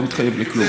לא מתחייב לכלום.